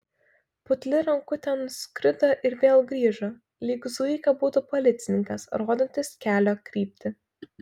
putli rankutė nuskrido ir vėl grįžo lyg zuika būtų policininkas rodantis kelio kryptį